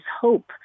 hope